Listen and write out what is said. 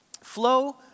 flow